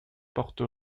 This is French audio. porto